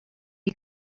you